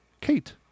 kate